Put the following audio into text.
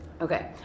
Okay